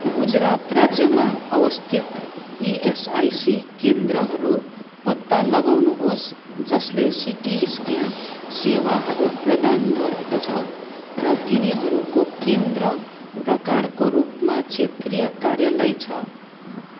गुजरात राज्यमा अवस्थित इएसआइसी केन्द्रहरू पत्ता लगाउनुहोस् जसले सिटी स्क्यान सेवाहरू प्रदान गर्दछ र तिनीहरूको केन्द्र प्रकारको रूपमा क्षेत्रीय कार्यलय छ